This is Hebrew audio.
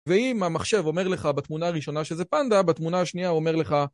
ואם המחשב אומר לך בתמונה הראשונה שזה פנדה, בתמונה השנייה הוא אומר לך...